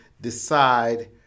decide